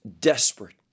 desperate